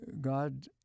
God